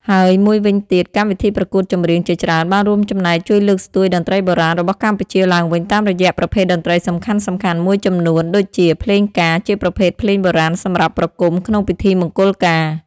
ហើយមួយវិញទៀត កម្មវិធីប្រកួតចម្រៀងជាច្រើនបានរួមចំណែកជួយលើកស្ទួយតន្ត្រីបុរាណរបស់កម្ពុជាឡើងវិញតាមរយៈប្រភេទតន្ត្រីសំខាន់ៗមួយចំនួន ដូចជា ភ្លេងការ ជាប្រភេទភ្លេងបុរាណសម្រាប់ប្រគំក្នុងពិធីមង្គលការ។